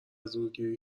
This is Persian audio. زورگیری